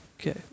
Okay